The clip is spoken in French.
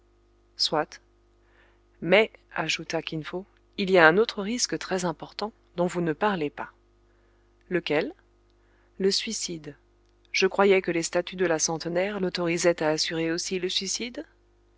soit mais ajouta kin fo il y a un autre risque très important dont vous ne parlez pas lequel le suicide je croyais que les statuts de la centenaire l'autorisaient à assurer aussi le suicide